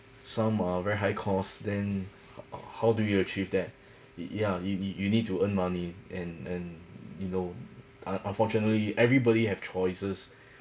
some are very high cost then how do you achieve that yeah you you need to earn money and and you know un~ unfortunately everybody have choices